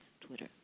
Twitter